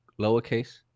lowercase